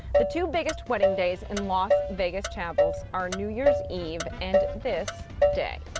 the two biggest wedding days in los vegas chapels are new year's eve and this day.